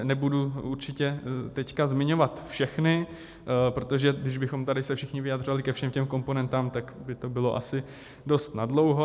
Nebudu určitě teď zmiňovat všechny, protože když bychom tady se všichni vyjadřovali ke všem těm komponentám, tak by to bylo asi dost nadlouho.